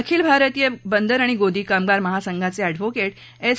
अखिल भारतीय बंदर व गोदी कामगार महासंघाचे अँडव्होकेट एस